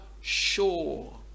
sure